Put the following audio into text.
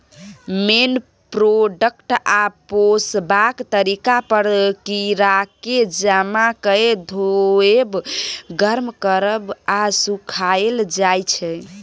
मेन product आ पोसबाक तरीका पर कीराकेँ जमा कए धोएब, गर्म करब आ सुखाएल जाइ छै